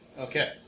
Okay